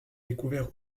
découvert